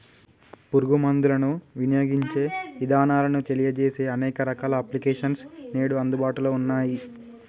పురుగు మందులను వినియోగించే ఇదానాలను తెలియజేసే అనేక రకాల అప్లికేషన్స్ నేడు అందుబాటులో ఉన్నయ్యి